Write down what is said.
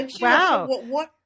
Wow